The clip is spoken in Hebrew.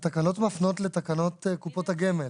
התקנות מפנות לתקנות קופות הגמל.